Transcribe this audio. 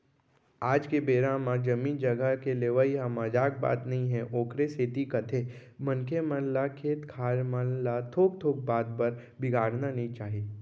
आज के बेरा म जमीन जघा के लेवई ह मजाक बात नई हे ओखरे सेती कथें मनखे मन ल खेत खार मन ल थोक थोक बात बर बिगाड़ना नइ चाही